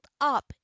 up